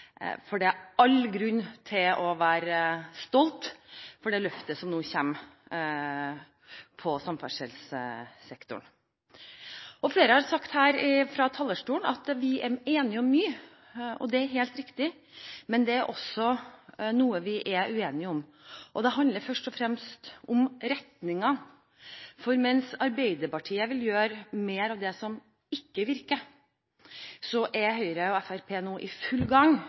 for det er all grunn til å være stolt av det løftet som nå kommer på samferdselssektoren. Flere har sagt her fra talerstolen at vi er enige om mye, og det er helt riktig, men det er også noe vi er uenige om, og det handler først og fremst om retningen. Mens Arbeiderpartiet vil gjøre mer av det som ikke virker, er Høyre og Fremskrittspartiet nå i full gang